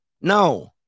no